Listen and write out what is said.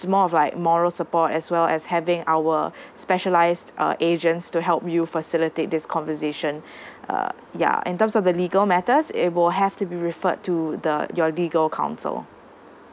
it's more of like moral support as well as having our specialized uh agents to help you facilitate this conversation uh ya in terms of the legal matters it will have to be referred to the your legal counsel